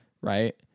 right